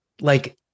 like-